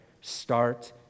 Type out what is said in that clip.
start